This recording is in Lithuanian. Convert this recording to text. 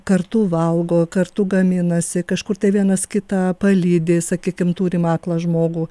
kartu valgo kartu gaminasi kažkur tai vienas kitą palydi sakykim turim aklą žmogų